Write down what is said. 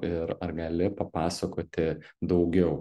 ir ar gali papasakoti daugiau